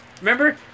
Remember